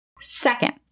Second